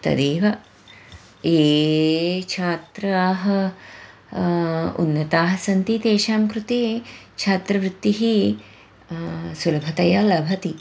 तदेव ये छात्राः उन्नताः सन्ति तेषां कृते छात्रवृत्तिः सुलभतया लभति